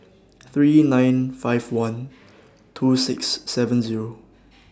three nine five one two six seven Zero